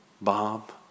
Bob